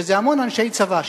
שזה המון אנשי צבא,